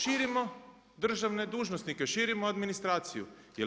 Širimo državne dužnosnike, širimo administraciju.